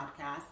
podcast